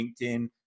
LinkedIn